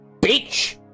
Bitch